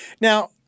Now